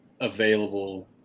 available